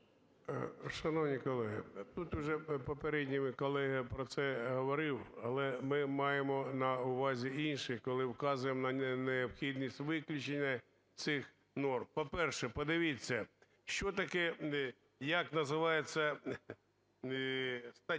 Шановні колеги, тут уже попередній колега про це говорив, але ми маємо на увазі інше, коли вказуємо на необхідність виключення цих норм. По-перше, подивіться, що таке… як називається стаття: